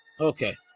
okay